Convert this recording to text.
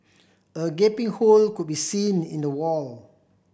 a gaping hole could be seen in the wall